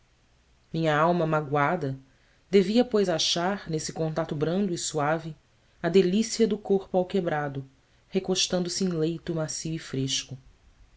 minha alma magoada devia pois achar nesse contato brando e suave a delícia do corpo alquebrado recostando se em leito macio e fresco